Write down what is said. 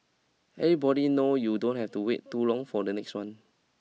everybody knows you don't have to wait too long for the next one